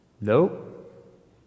Nope